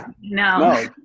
no